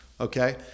okay